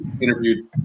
interviewed